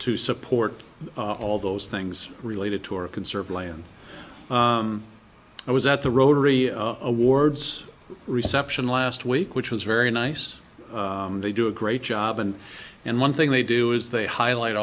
to support all those things related to our conserve land i was at the rotary awards reception last week which was very nice they do a great job and and one thing they do is they highlight